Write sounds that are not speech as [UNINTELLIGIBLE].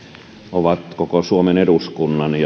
ovat koko suomen eduskunnan [UNINTELLIGIBLE]